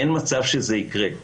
אין מצב שזה יקרה,